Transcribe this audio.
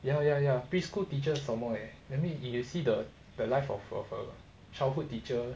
ya ya ya preschool teachers some more leh that means you see the the life of of a childhood teacher